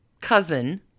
cousin